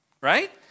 right